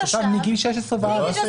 תושב מגיל 16 והלאה,